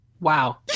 Wow